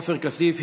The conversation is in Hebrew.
עופר כסיף,